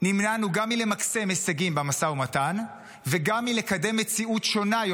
נמנענו גם מלמקסם הישגים במשא ומתן וגם מלקדם מציאות שונה בלבנון,